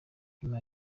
nyuma